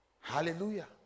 Hallelujah